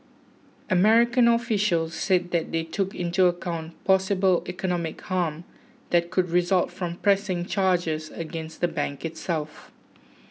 American officials said they took into account possible economic harm that could result from pressing charges against the bank itself